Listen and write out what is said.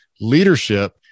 leadership